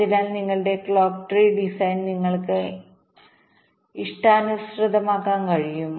അതിനാൽ നിങ്ങളുടെ clock tree ഡിസൈൻനിങ്ങൾക്ക് ഇഷ്ടാനുസൃതമാക്കാൻ കഴിയും